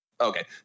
okay